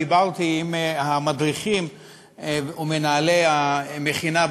דיברתי עם המדריכים ומנהלי המכינה,